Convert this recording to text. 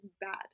bad